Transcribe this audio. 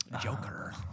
Joker